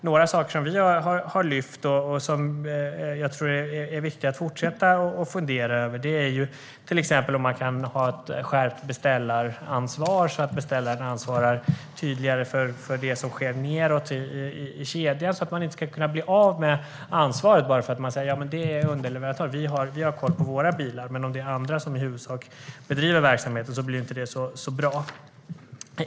Några saker som vi har lyft och som det är viktigt att fortsätta att fundera över är till exempel om man kan införa ett skärpt beställaransvar så att beställaren har ett tydligare ansvar för det som sker nedåt i kedjan. Man ska inte kunna bli av med ansvaret bara för att man hänvisar till underleverantören och säger att man har koll på sina bilar, men om det är andra som bedriver verksamheten blir det inte så bra.